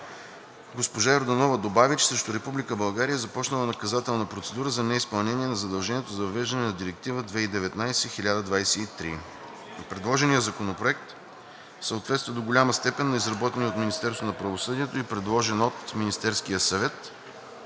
Госпожа Йорданова добави, че срещу Република България е започнала наказателна процедура за неизпълнение на задължението за въвеждане на Директива (ЕС) 2019/1023. Предложеният законопроект съответства до голяма степен на изработения от Министерството